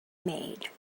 made